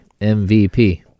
MVP